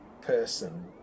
person